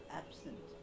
absent